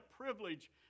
privilege